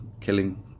killing